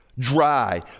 dry